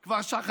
הוא כבר שכח,